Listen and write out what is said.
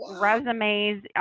resumes